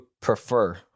prefer